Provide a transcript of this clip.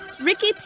Ricky